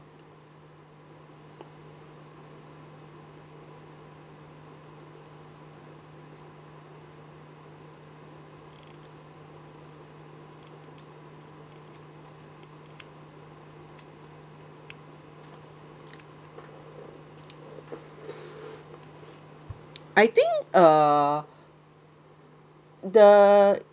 I think uh the